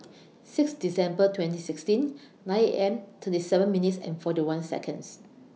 six December twenty sixteen nine A M thirty seven minutes and forty one Seconds